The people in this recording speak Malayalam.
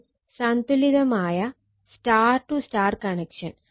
ഇനി സന്തുലിതമായ Y→Y കണക്ഷൻ